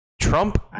Trump